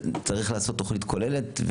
צריך לעשות תוכנית כוללת,